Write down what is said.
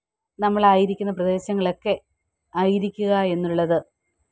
നമ്മളായിരിക്കുന്ന പ്രദേശങ്ങളൊക്കെ ആയിരിക്കുക എന്നുള്ളത്